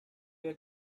were